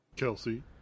Kelsey